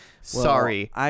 sorry